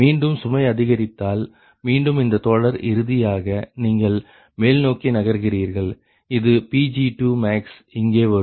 மீண்டும் சுமை அதிகரித்தால் மீண்டும் இந்த தொடர் இறுதியாக நீங்கள் மேல்நோக்கி நகர்கிறீர்கள் இது Pg2max இங்கே வரும்